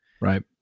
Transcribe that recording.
Right